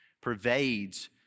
pervades